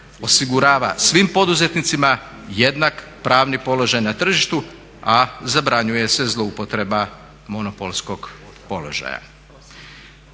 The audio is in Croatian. osigurava svim poduzetnicima jednak pravni položaj na tržištu, a zabranjuje se zloupotreba monopolskog položaja.